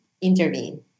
intervene